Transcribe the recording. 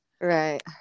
Right